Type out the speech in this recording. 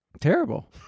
Terrible